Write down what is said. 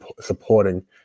supporting